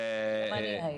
גם אני הייתי.